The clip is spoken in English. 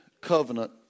covenant